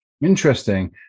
Interesting